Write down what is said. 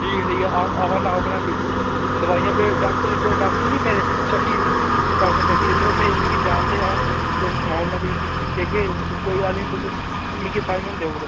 ठीक ऐ ठीक ऐ आवा आवा'रना आवै'रना भी दोआइयां भी डाक्टर जेह्ड़े डाक्टर निं मेरे शशि डाक्टर शशि मिकी जानदे ऐ अ'ऊं तुसें ई सनाई ओड़ना भी जेह्के कोई गल्ल निं तुस मिकी असाइनमैंट देई ओड़ो